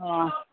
অঁ